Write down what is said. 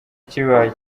kibaye